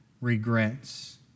regrets